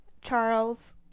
Charles